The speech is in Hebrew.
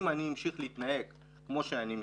אם אני אמשיך להתנהג כמו שאני מתנהג,